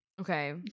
Okay